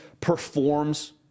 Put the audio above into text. performs